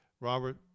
Robert